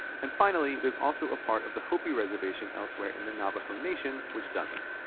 and finally there is also part of the hopi reservation elsewhere in the navaho nation which doesn't.